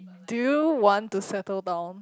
do you want to settle down